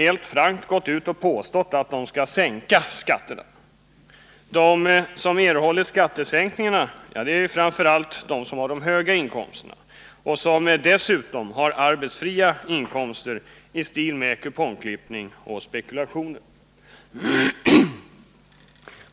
helt frankt gått ut och påstått att de skall sänka skatterna. De som erhåller skattesänkningarna är framför allt de som har höga inkomster och som dessutom har arbetsfria inkomster från t.ex. kupongklippning och spekulationer.